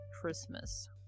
Christmas